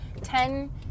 ten